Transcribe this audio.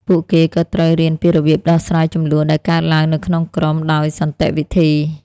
ពួកគេក៏ត្រូវរៀនពីរបៀបដោះស្រាយជម្លោះដែលកើតឡើងនៅក្នុងក្រុមដោយសន្តិវិធី។